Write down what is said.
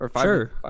Sure